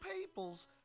people's